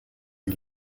die